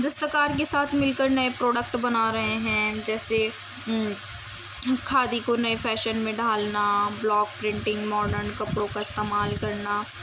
دستکار کے ساتھ مل کر نئے پروڈکٹ بنا رہے ہیں جیسے کھادی کو نئے فیشن میں ڈھالنا بلاک پرنٹنگ ماڈرن کپڑوں کا استعمال کرنا